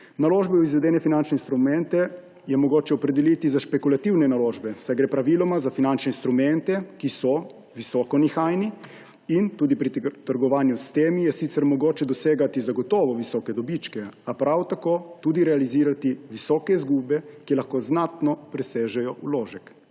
Naložbe v izvedene finančne instrumente je mogoče opredeliti za špekulativne naložbe, saj gre praviloma za finančne instrumente, ki so visoko nihajni, in tudi pri trgovanju s temi je sicer mogoče dosegati zagotovo visoke dobičke, a prav tako tudi realizirati visoke izgube, ki lahko znatno presežejo vložek.